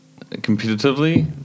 competitively